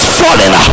falling